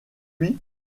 puis